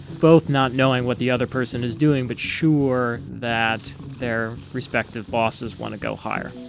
both not knowing what the other person is doing but sure that their respective bosses want to go higher,